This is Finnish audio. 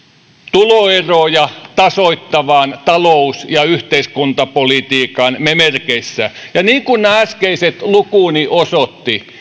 tuloeroja tasoittavan talous ja yhteiskuntapolitiikan merkeissä ja niin kuin äskeiset lukuni osoittivat